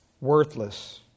Worthless